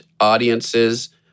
audiences